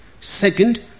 Second